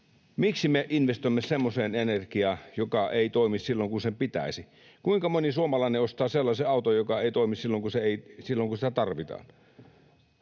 miksi me investoimme semmoiseen energiaan, joka ei toimi silloin kun sen pitäisi. Kuinka moni suomalainen ostaa sellaisen auton, joka ei toimi silloin kun sitä tarvitaan?